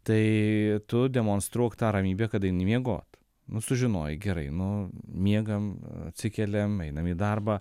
tai tu demonstruok tą ramybę kada eini miegot nu sužinojai gerai nu miegam atsikeliam einam į darbą